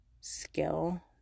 skill